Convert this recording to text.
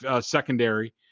secondary